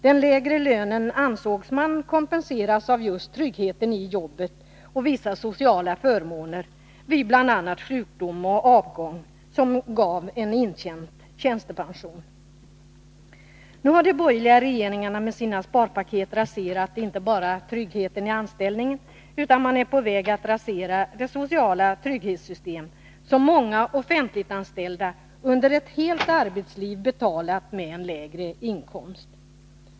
Den lägre lönen ansågs kompenseras av just tryggheteni jobbet och vissa sociala förmåner vid bl.a. sjukdom och avgång som gav intjänt tjänstepension. Nu har de borgerliga regeringarna med sina sparpaket raserat inte bara tryggheten i anställningen, utan man är på väg att rasera det sociala trygghetssystem som många offentligt anställda under ett helt arbetsliv betalat med en lägre inkomst.